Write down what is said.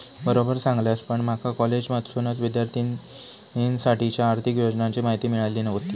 बरोबर सांगलस, पण माका कॉलेजमधसूनच विद्यार्थिनींसाठीच्या आर्थिक योजनांची माहिती मिळाली व्हती